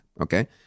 Okay